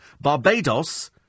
Barbados